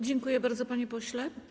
Dziękuję bardzo, panie pośle.